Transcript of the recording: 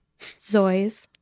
Zoys